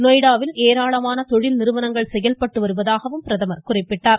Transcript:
நொய்டாவில் ஏராளமான தொழில் நிறுவனங்கள் செயல்பட்டு வருவதாகவும் அவர் குறிப்பிட்டார்